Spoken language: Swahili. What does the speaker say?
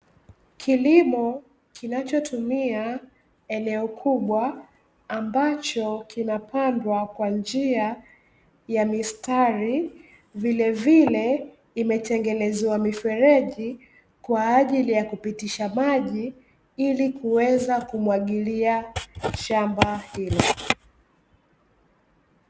Kilimo kinachotumia eneo kubwa, ambacho kinapandwa kwa njia ya mistari vilevile imetengeneza mifereji kwaajili ya kupitisha maji ili kuweza kumwagilia mashamba haya.